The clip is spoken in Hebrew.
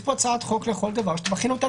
יש הצעת חוק לכל דבר שאתה מכין אותה